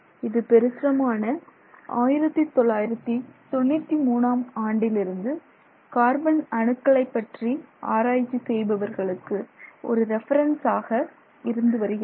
இது பிரசுரமான 1993ஆம் ஆண்டிலிருந்து கார்பன் அணுக்களை பற்றி ஆராய்ச்சி செய்பவர்களுக்கு ஒரு ரெபெரன்ஸ் ஆக இருந்து வருகிறது